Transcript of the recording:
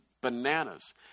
bananas